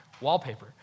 wallpaper